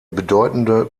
bedeutende